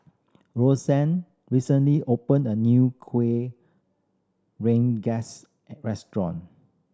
Rosann recently opened a new Kueh Rengas restaurant